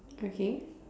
okay